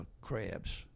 crabs